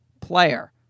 player